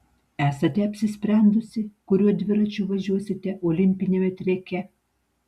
esate apsisprendusi kuriuo dviračiu važiuosite olimpiniame treke